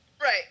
right